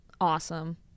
awesome